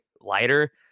lighter